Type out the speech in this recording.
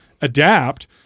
adapt